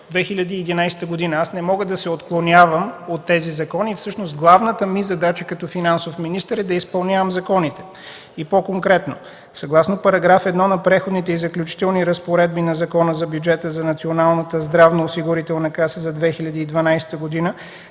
2011 г. Аз не мога да се отклонявам от тези закони. Всъщност главната ми задача като финансов министър е да изпълнявам законите, и по-конкретно: Съгласно § 1 на Преходните и заключителните разпоредби на Закона за бюджета за Националната здравноосигурителна каса за 2012 г.